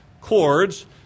cords